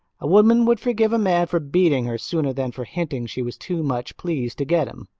a woman would forgive a man for beating her sooner than for hinting she was too much pleased to get him.